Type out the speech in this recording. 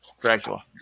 Dracula